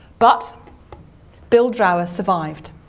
but bill drower survived,